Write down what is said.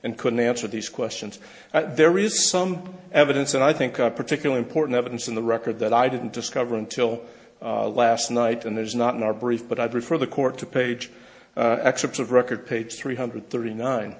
and couldn't answer these questions that there is some evidence and i think a particular important evidence in the record that i didn't discover until last night and there's not in our brief but i'd refer the court to page excerpts of record page three hundred thirty nine